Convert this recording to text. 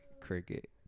Cricket